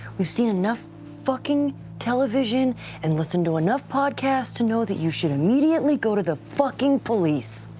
we've seen enough fucking television and listen to enough podcasts to know that you should immediately go to the fucking police.